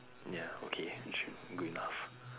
ya okay good enough